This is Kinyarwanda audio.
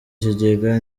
kigega